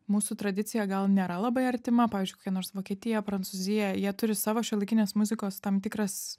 mūsų tradicija gal nėra labai artima pavyzdžiui kokia nors vokietija prancūzija jie turi savo šiuolaikinės muzikos tam tikras